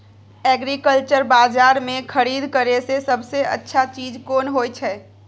Agriculture बाजार में खरीद करे से सबसे अच्छा चीज कोन होय छै?